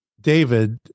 David